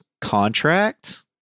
contract